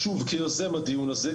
כיוזם הדיון הזה,